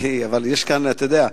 אבל יש כאן, אתה יודע,